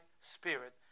spirit